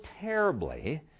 terribly